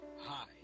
Hi